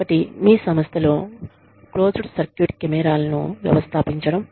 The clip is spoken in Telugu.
ఒకటి మీ సంస్థలో క్లోజ్డ్ సర్క్యూట్ కెమెరాల ను వ్యవస్థాపించడం